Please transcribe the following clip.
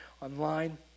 online